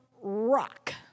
rock